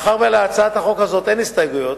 מאחר שלהצעת החוק הזאת אין הסתייגויות,